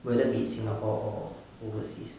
will that be in singapore or overseas